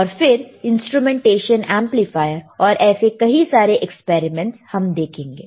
और फिर इंस्ट्रूमेंटेशन एमप्लीफायरऔर ऐसे कई सारे एक्सपेरिमेंट्स हम देखेंगे